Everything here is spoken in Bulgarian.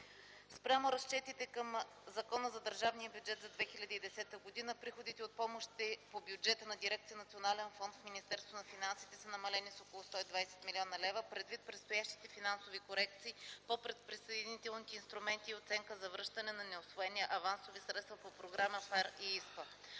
Спрямо разчетите към Закона за държавния бюджет за 2010 г. приходите от помощите по бюджета на Дирекция „Национален фонд” в Министерството на финансите са намалени с около 120 млн. лв., предвид предстоящите финансови корекции по предприсъединителните инструменти и оценка за връщане на неусвоени авансови средства по програми ФАР и ИСПА.